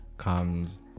comes